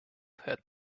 had